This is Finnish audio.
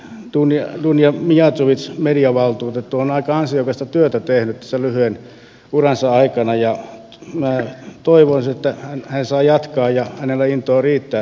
esimerkiksi dunja mijatovic mediavaltuutettu on aika ansiokasta työtä tehnyt tässä lyhyen uransa aikana ja toivoisin että hän saa jatkaa ja hänellä intoa riittää tässä touhussa